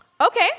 Okay